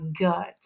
gut